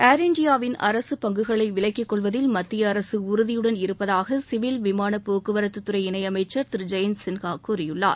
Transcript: ஏர்இன்டியாவின் அரசு பங்குகளை விலக்கிக்கொள்வதில் மத்திய அரசு உறுதியுடன் இருப்பதாக சிவில் விமானப்போக்குவரத்துத்துறை இணையமைச்சர் திரு ஜெயந்த் சின்ஹா கூறியுள்ளார்